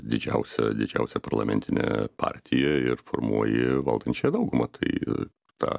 didžiausia didžiausia parlamentine partija ir formuoji valdančiąją daugumą tai ta